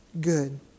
good